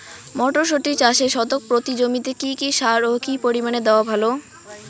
মটরশুটি চাষে শতক প্রতি জমিতে কী কী সার ও কী পরিমাণে দেওয়া ভালো?